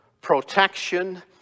protection